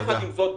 יחד עם זאת,